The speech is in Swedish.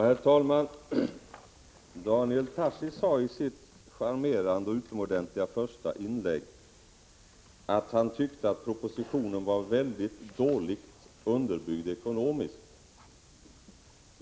Herr talman! Daniel Tarschys sade i sitt charmerande och utomordentliga första inlägg att han tyckte att propositionen var väldigt dåligt underbyggd ekonomiskt.